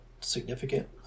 significant